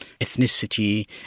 ethnicity